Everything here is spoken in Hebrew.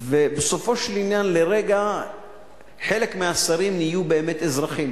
ובסופו של עניין לרגע חלק מהשרים נהיו בהחלט אזרחים.